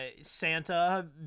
Santa